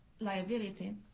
liability